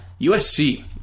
USC